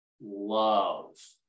love